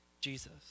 Jesus